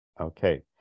Okay